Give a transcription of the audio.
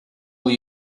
will